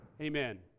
Amen